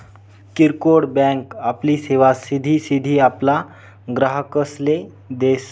किरकोड बँक आपली सेवा सिधी सिधी आपला ग्राहकसले देस